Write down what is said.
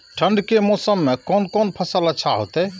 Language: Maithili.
ठंड के मौसम में कोन कोन फसल अच्छा होते?